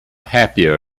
happier